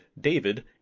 David